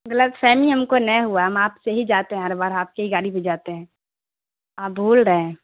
غلط فہمی ہم کو نہیں ہوا ہم آپ سے ہی جاتے ہیں ہر بار آپ کے ہی گاڑی پہ جاتے ہیں آپ بھول رہے ہیں